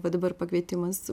bet dabar pakvietimas